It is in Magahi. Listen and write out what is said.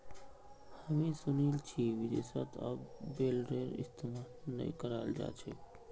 हामी सुनील छि विदेशत अब बेलरेर इस्तमाल नइ कराल जा छेक